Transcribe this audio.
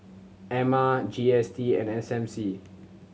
Ema G S T and S M C